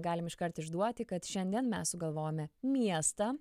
galim iškart išduoti kad šiandien mes sugalvojome miestą